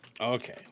Okay